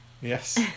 Yes